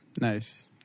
Nice